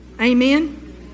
Amen